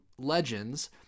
Legends